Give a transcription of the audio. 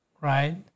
right